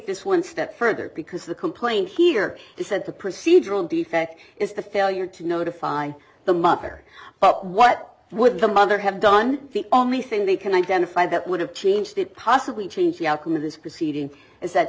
this one step further because the complaint here is that the procedural defect is the failure to notify the mother what would the mother have done the only thing we can identify that would have changed it possibly change the outcome of this proceeding is that